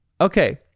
Okay